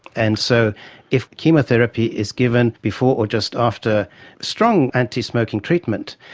and so if chemotherapy is given before or just after strong antismoking treatment,